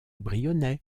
brionnais